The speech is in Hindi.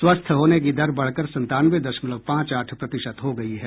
स्वस्थ होने की दर बढ़कर संतानवे दशमलव पांच आठ प्रतिशत हो गयी है